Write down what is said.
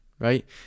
right